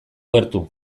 gertu